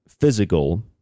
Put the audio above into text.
physical